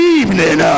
evening